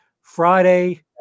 Friday